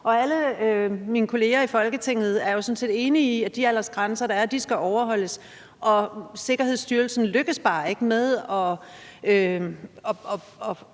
alle mine kolleger i Folketinget er jo sådan set enige i, at de aldersgrænser, der er, skal overholdes. Sikkerhedsstyrelsen lykkes bare ikke med at